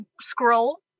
scroll